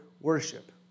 worship